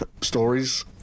Stories